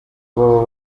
baba